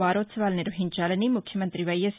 వారోత్సవాలు నిర్వహించాలని ముఖ్యమంతి వైఎస్